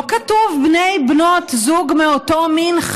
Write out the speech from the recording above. לא כתוב: בני ובנות זוג מאותו מין,